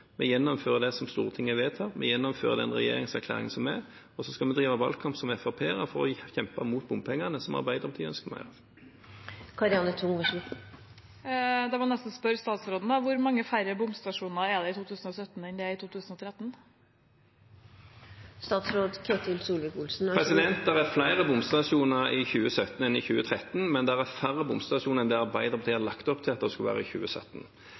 Vi gjennomfører det som Stortinget har vedtatt, vi gjennomfører regjeringserklæringen. Og så skal vi drive valgkamp som FrP-ere og kjempe imot bompengene, som Arbeiderpartiet ønsker mer av. Da må jeg nesten spørre statsråden: Hvor mange færre bomstasjoner er det i 2017 enn det var i 2013? Det er flere bomstasjoner i 2017 enn i 2013, men det er færre bomstasjoner enn det Arbeiderpartiet hadde lagt opp til at det skulle være i 2017.